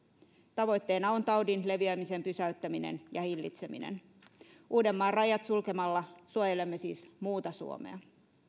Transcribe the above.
tavoitteena on taudin leviämisen pysäyttäminen ja hillitseminen uudenmaan rajat sulkemalla suojelemme siis muuta suomea